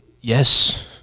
yes